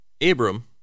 Abram